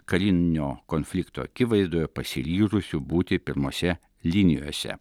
karinio konflikto akivaizdoje pasiryžusių būti pirmose linijose